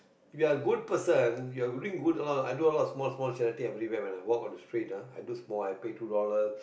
we are good person you are doing good lah i do a lot of small small charity everywhere when I walk on the street ah i do small I pay two dollars